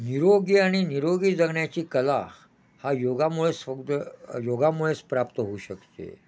निरोगी आणि निरोगी जगण्याची कला हा योगामुळेच फक्त योगामुळेच प्राप्त होऊ शकते